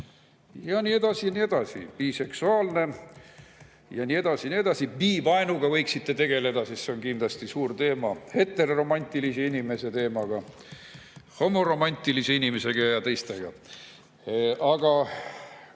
Ja nii edasi ja nii edasi. Biseksuaalne ja nii edasi ja nii edasi. Bivaenuga võiksite ka tegeleda, see on kindlasti suur teema. Heteroromantilise inimese teemaga, homoromantilise inimesega ja teistega. Ma